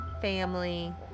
family